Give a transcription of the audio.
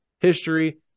history